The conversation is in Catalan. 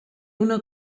una